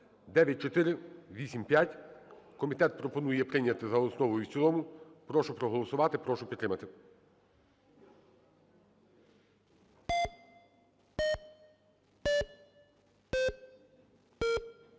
9485. Комітет пропонує прийняти за основу в цілому. Прошу проголосувати, прошу підтримати. 13:13:15